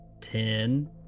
ten